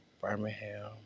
Birmingham